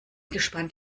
gespannt